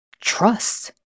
trust